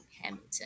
Hamilton